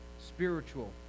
spiritual